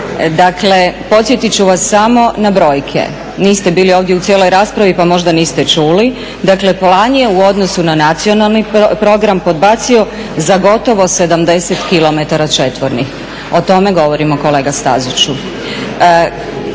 Dakle, podsjetit ću vas samo na brojke. Niste bili ovdje u cijeloj raspravi pa možda niste čuli, dakle plan je u odnosu na nacionalni program podbacio za gotovo 70 kilometara četvornih, o tome govorimo kolega Staziću.